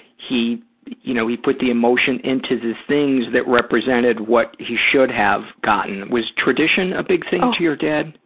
he you know he put the emotions into the things that represented what he should have gotten. was tradition a big thing for your dad?